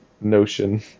notion